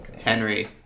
Henry